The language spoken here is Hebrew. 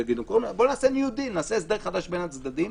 בואו נעשה ניו-דיל, נעשה הסדר חדש בין הצדדים.